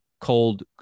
cold